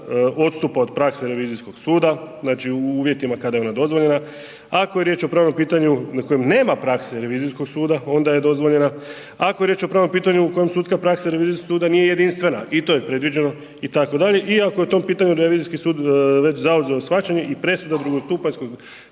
odstupa od prakse revizijskog suda, znači u uvjetima kada je ona dozvoljena, ako je riječ o pravnom pitanju na kojem nema prakse revizijskog suda onda je dozvoljena, ako je riječ o pravnom pitanju u sudska praksa revizijskog suda nije jedinstvena i to je predviđeno itd., iako je o tom pitanju revizijski sud već zauzeo shvaćanje i presuda drugostupanjskog